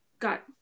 got